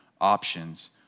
options